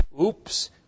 Oops